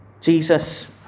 Jesus